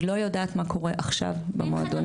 אני לא יודעת מה קורה עכשיו במועדונים.